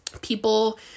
people